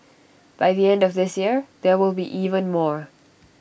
by the end of this year there will be even more